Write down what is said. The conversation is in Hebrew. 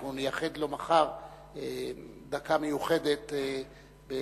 אנחנו נייחד לו מחר דקה מיוחדת בנוכחות